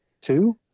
Two